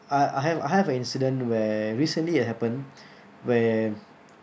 I I have I have an incident where recently it happened where